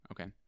Okay